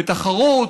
בתחרות.